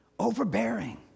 overbearing